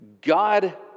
God